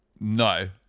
No